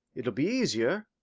it'll be easier.